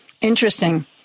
Interesting